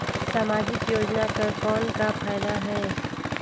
समाजिक योजना कर कौन का फायदा है?